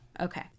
okay